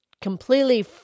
completely